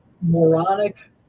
moronic